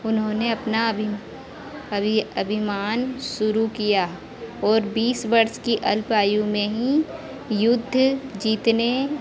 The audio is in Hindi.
उन्होंने अपना अभियान शुरू किया और बीस वर्ष की अल्पायु में ही युद्ध जीतने